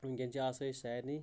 وُنٛکیٚن چھِ آسٲیش سارنٕے